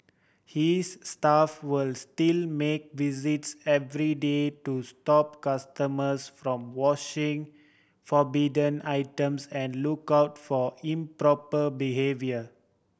his staff was still make visits every day to stop customers from washing forbidden items and look out for improper behaviour